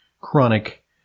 chronic